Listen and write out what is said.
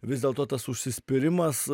vis dėlto tas užsispyrimas